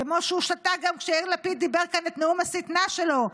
כמו שהוא שתק גם כשיאיר לפיד דיבר כאן את נאום השטנה שלו,